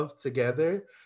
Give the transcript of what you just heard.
together